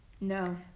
No